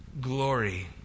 glory